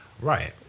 right